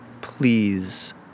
Please